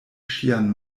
ŝian